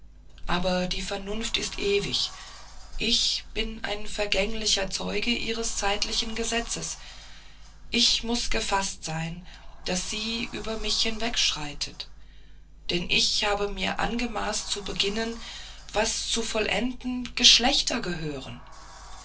aber die vernunft ist ewig ich bin ein vergänglicher zeuge ihres zeitlichen gesetzes und ich muß gefaßt sein daß sie über mich hinwegschreitet denn ich habe mir angemaßt zu beginnen was zu vollenden geschlechter gehören